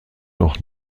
noch